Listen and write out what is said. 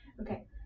Okay